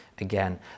Again